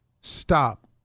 stop